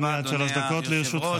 בבקשה, עד שלוש דקות לרשותך.